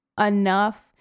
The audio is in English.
enough